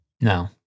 No